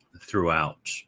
throughout